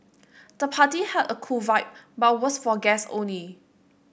the party had a cool vibe but was for guests only